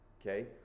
Okay